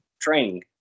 training